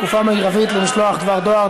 תקופה מרבית למשלוח דבר דואר),